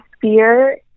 fear